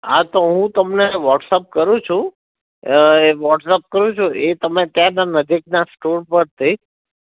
હા તો હું તમને વ્હોટ્સઅપ કરું છું વ્હોટ્સઅપ કરું છું એ તમે ત્યાંનાં નજીકના સ્ટોર પર જઈ